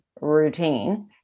routine